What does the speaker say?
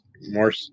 more